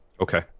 Okay